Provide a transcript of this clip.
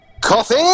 Coffee